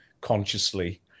consciously